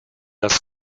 das